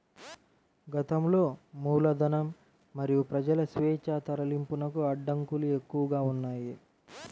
గతంలో మూలధనం మరియు ప్రజల స్వేచ్ఛా తరలింపునకు అడ్డంకులు ఎక్కువగా ఉన్నాయి